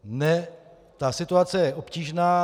Ne, ta situace je obtížná.